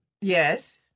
Yes